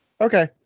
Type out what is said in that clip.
Okay